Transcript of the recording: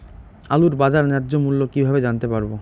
আলুর বাজার ন্যায্য মূল্য কিভাবে জানতে পারবো?